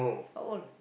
how old